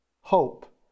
hope